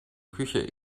küche